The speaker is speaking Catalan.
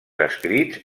escrits